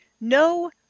no